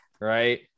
right